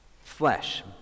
Flesh